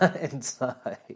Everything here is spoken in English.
inside